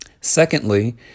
Secondly